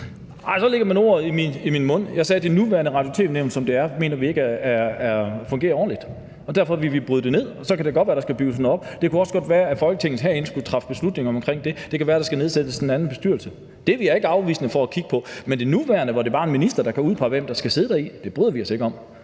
Nej, så lægger man ord i min mund. Jeg sagde: Det nuværende Radio- og tv-nævn, som det er, mener vi ikke fungerer ordentligt. Og derfor vil vi bryde det ned, og så kan det godt være, at der skal bygges noget op. Det kunne også godt være, at Folketinget herinde skulle træffe beslutning omkring det. Det kan være, at der skal nedsættes en anden bestyrelse. Det er vi ikke afvisende over for at kigge på. Men det nuværende Radio- og tv-nævn, som det bare er en minister der kan udpege hvem der skal sidde i, bryder vi os ikke om.